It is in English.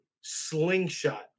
slingshot